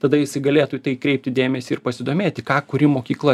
tada jisai galėtų į tai kreipti dėmesį ir pasidomėti ką kuri mokykla